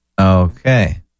Okay